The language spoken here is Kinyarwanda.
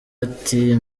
ati